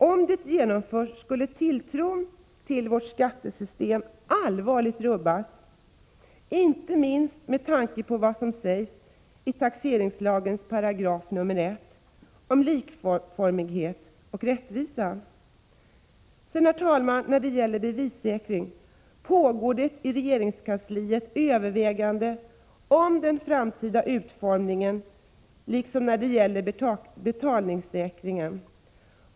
Om det genomfördes, skulle tilltron till vårt skattesystem allvarligt rubbas, inte minst med tanke på vad som sägs i taxeringslagens 1 § om ”likformighet och rättvisa”. Herr talman! När det gäller bevissäkringen pågår det i regeringskansliet överväganden om den framtida utformningen, liksom när det gäller betalningssäkringen.